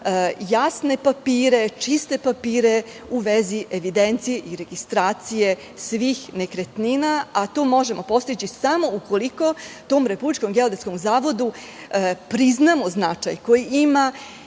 jasne papire, čiste papire u vezi evidencije i registracije svih nekretnina, a to možemo postići samo ukoliko tom Republičkom geodetskom zavodu priznamo značaj koji ima